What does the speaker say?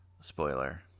Spoiler